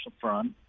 Front